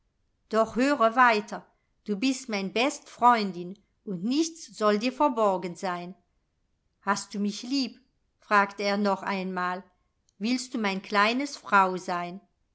doch höre weiter du bist mein best freundin und nichts soll dir verborgen sein hast du mich lieb fragte er noch einmal willst du mein kleines frau sein